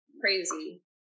crazy